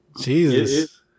Jesus